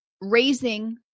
raising